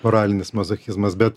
moralinis mazochizmas bet